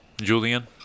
Julian